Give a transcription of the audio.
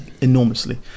enormously